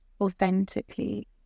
authentically